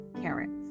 carrots